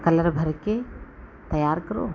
colour भरकर तैयार करो